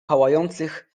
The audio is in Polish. pałających